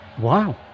wow